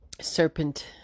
serpent